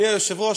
אדוני היושב-ראש,